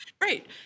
Right